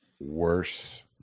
worse